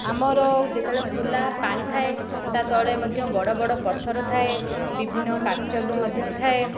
ଆମର ଯେତେବେଳେ ଖୋଲା ପାଣି ଥାଏ ତା ତଳେ ମଧ୍ୟ ବଡ଼ ବଡ଼ ପଥର ଥାଏ ବିଭିନ୍ନ କାଚ ବି ମଧ୍ୟ ଥାଏ